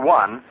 one